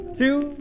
two